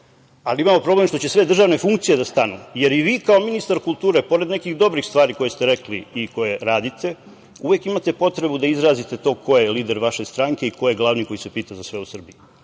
ali imamo problem što će sve državne funkcije da stanu, jer i vi, kao ministar kulture, pored nekih dobrih stvari koje ste rekli i koje radite, uvek imate potrebu da izrazite to ko je lider vaše stranke i ko je glavni ko se pita za sve u Srbiji. To